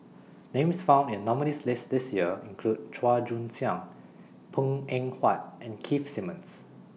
Names found in nominees' list This Year include Chua Joon Siang Png Eng Huat and Keith Simmons